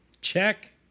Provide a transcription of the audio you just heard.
Check